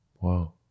wow